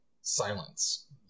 silence